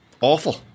awful